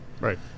Right